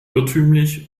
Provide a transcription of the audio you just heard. irrtümlich